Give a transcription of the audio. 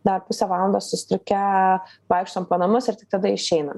dar pusę valandos su striuke vaikštom po namus ir tik tada išeinam